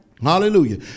Hallelujah